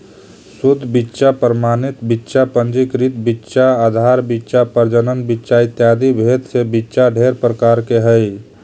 शुद्ध बीच्चा प्रमाणित बीच्चा पंजीकृत बीच्चा आधार बीच्चा प्रजनन बीच्चा इत्यादि भेद से बीच्चा ढेर प्रकार के हई